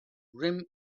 rim